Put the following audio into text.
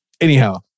Anyhow